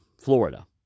Florida